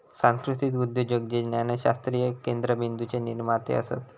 सांस्कृतीक उद्योजक हे ज्ञानशास्त्रीय केंद्रबिंदूचे निर्माते असत